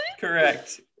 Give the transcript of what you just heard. Correct